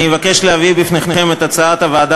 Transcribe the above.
אני מבקש להביא בפניכם את הצעת הוועדה